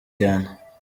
cyane